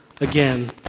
again